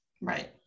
Right